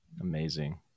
Amazing